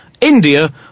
India